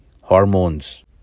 hormones